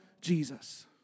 Jesus